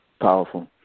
powerful